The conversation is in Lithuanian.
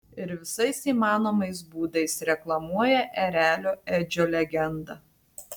ir visais įmanomais būdais reklamuoja erelio edžio legendą